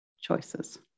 Choices